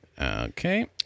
Okay